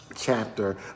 chapter